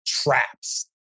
Traps